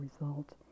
result